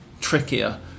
trickier